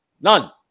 None